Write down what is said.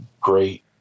great